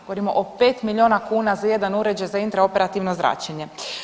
Govorimo o 5 milijuna kuna za jedan uređaj za intra operativno zračenje.